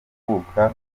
kuvuka